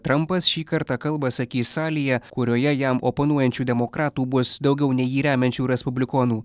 trampas šį kartą kalbą sakys salėje kurioje jam oponuojančių demokratų bus daugiau nei jį remiančių respublikonų